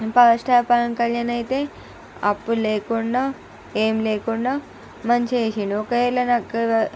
power star Pawan Kalyan అయితే అప్పులు లేకుండా ఏమి లేకుండా మంచి చేసిండు ఒకవేళ నాకు